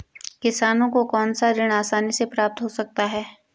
किसानों को कौनसा ऋण आसानी से प्राप्त हो सकता है?